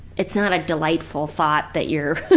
it's not a delightful thought that you're